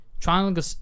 Triangle